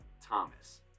Thomas